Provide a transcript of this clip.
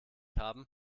haben